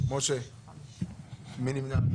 מי נמנע?